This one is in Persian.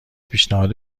پیشنهاد